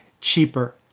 cheaper